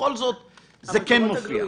איפה שזה כן מופיע.